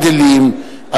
והזיידלים,